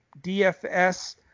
DFS